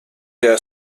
der